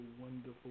wonderful